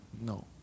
No